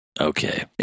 Okay